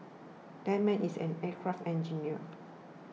that man is an aircraft engineer